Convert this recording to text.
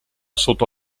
sotto